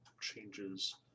changes